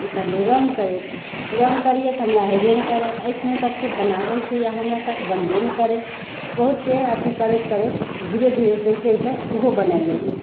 उतरलियै रङ्ग करय रङ्ग करियै तऽ हमरा हेबे नहि करय आँखि मुँह कते बनाबय छै या हमरासँ बनबे नहि करय बहुते अथी करैत करैत धीरे धीरे करि करिके उहो बनाय लेलियै